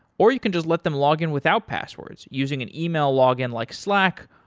or you can just let them login without passwords using an email login like slack,